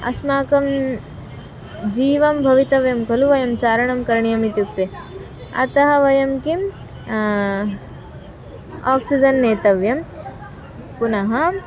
अस्माकं जीवं भवितव्यं खलु वयं चारणं करणीयम् इत्युक्ते अतः वयं किं आक्सिजन् नेतव्यं पुनः